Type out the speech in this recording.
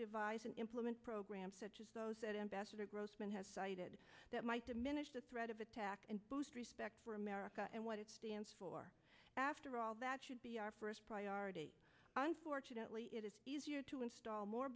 devise and implement programs such as those that ambassador grossman has cited that might diminish the threat of attack and respect for america and what it stands for after all that should be our first priority unfortunately it is easier to install more